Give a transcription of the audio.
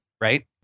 Right